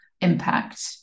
impact